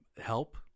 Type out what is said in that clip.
help